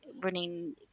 running